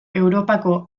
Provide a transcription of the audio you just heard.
europako